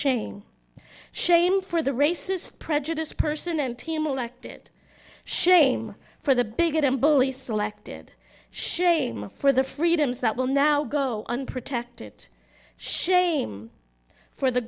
shame shame for the racist prejudiced person and team elected shame for the bigot and bully selected shame for the freedoms that will now go unprotected shame for the